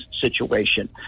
situation